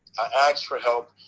asked for help,